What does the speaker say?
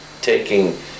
taking